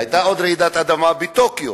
היתה עוד רעידת אדמה, בטוקיו,